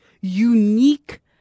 unique